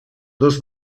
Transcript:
dos